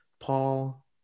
Paul